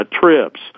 trips